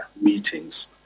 meetings